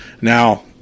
Now